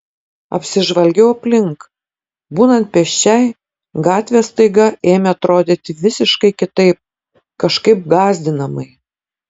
apsižvalgiau aplink būnant pėsčiai gatvės staiga ėmė atrodyti visiškai kitaip kažkaip gąsdinamai